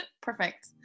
Perfect